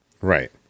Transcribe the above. Right